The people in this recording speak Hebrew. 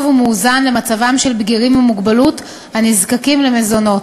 ומאוזן למצבם של בגירים עם מוגבלות הנזקקים למזונות.